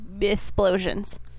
explosions